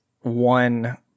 one